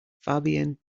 fabian